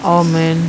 oh man